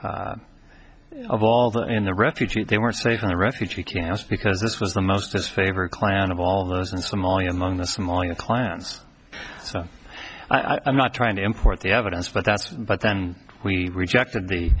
of all the in the refugee they were safe in refugee camps because this was the most his favorite clan of all those in somalia among the somalia clans so i'm not trying to import the evidence but that's but then we rejected the